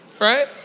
right